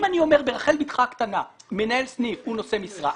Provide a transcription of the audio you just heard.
אם אני אומר ברחל בתך הקטנה מנהל סניף הוא נושא משרה,